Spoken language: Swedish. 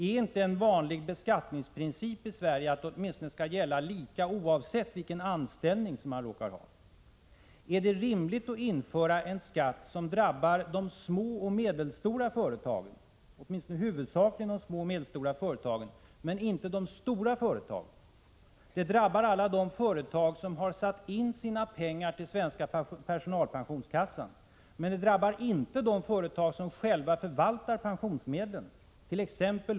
Är inte en vanlig beskattningsprincip i Sverige att beskattningen åtminstone skall gälla lika oavsett vilken anställning man råkar ha? Är det rimligt att införa en skatt som drabbar de små och medelstora företagen — åtminstone huvudsakligen dessa — men inte de stora företagen? Beskattningen drabbar alla de företag som har satt in sina pengar hos Svenska Personal-Pensionskassan, men den drabbar inte de företag som själva förvaltar pensionsmedlen —t.ex.